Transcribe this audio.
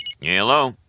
Hello